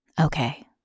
Okay